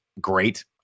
great